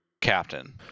Captain